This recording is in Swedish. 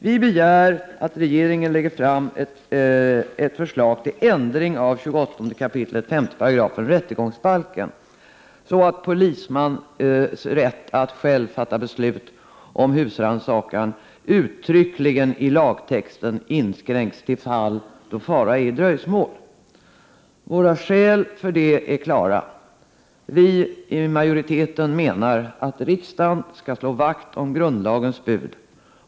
Vi begär att regeringen lägger fram ett förslag till ändring av 28 kap. 5 § rättegångsbalken, så att polismans rätt att själv fatta beslut om husrannsakan uttryckligen i lagtexten inskränks till fall då fara är i dröjsmål. Våra skäl för detta är klara. Vi i majoriteten menar att riksdagen skall slå vakt om grundlagens bud.